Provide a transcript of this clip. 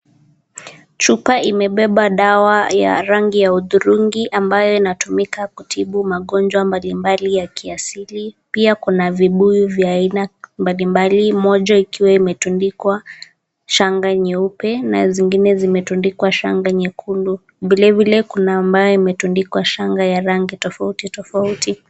Chupa imebeba dawa ya rangi ya uthurungi, ambaye inatumika kutibu magonjwa mbalimbali ya kiasili ,pia kuna vibuyu vya aina mbalimbali moja ikiwa imetundikwa shanga nyeupe na zingine zimetundikwa shanga nyekundu. Vile vile kuna ambaye imetundikwa shanga ya rangi tofauti tofauti.